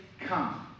come